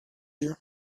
you